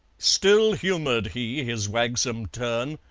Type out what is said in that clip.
still humoured he his wagsome turn,